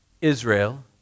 Israel